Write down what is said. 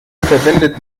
verwendet